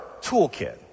toolkit